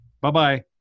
Bye-bye